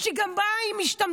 יש לי גם בעיה עם משתמטים